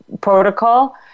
protocol